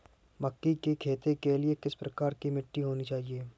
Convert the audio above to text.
मक्के की खेती के लिए किस प्रकार की मिट्टी होनी चाहिए?